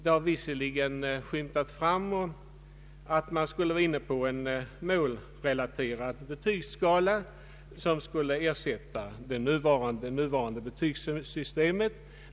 Det har visserligen skymtat fram att man skulle vara inne på tanken om en målrelaterad betygsskala som skulle ersätta det nuvarande betygssystemet.